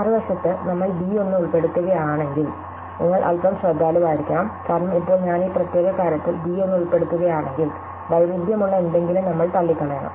മറുവശത്ത്നമ്മൾ B 1 ഉൾപ്പെടുത്തുകയാണെങ്കിൽ നിങ്ങൾ അൽപം ശ്രദ്ധാലുവായിരിക്കണം കാരണം ഇപ്പോൾ ഞാൻ ഈ പ്രത്യേക കാര്യത്തിൽ ബി 1 ഉൾപ്പെടുത്തുകയാണെങ്കിൽ വൈരുദ്ധ്യമുള്ള എന്തെങ്കിലും നമ്മൾ തള്ളിക്കളയണം